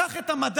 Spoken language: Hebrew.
קח את המדד